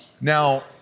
Now